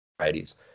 varieties